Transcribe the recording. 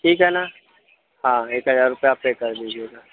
ठीक है ना हाँ एक हज़ार रुपये आप पे कर दीजिएगा